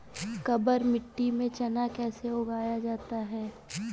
काबर मिट्टी में चना कैसे उगाया जाता है?